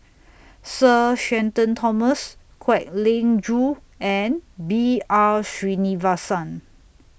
Sir Shenton Thomas Kwek Leng Joo and B R Sreenivasan